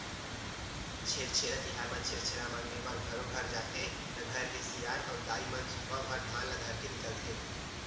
छेरछेरा तिहार म छेरछेरा मांगे बर घरो घर जाथे त घर के सियान अऊ दाईमन सुपा भर धान ल धरके निकलथे